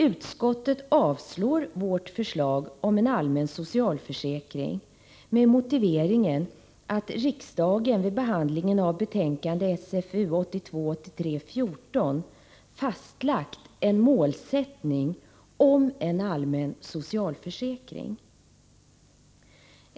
Utskottet avstyrker vårt förslag om en allmän socialförsäkring med motiveringen att riksdagen vid behandlingen av betänkande SFU 1982/83:14 fastlagt en målsättning för en allmän socialförsäkring.